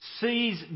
sees